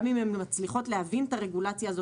גם אם הן מצליחות להבין את הרגולציה הזו,